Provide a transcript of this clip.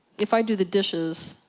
if i do the dishes,